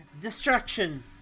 Destruction